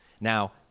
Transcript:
now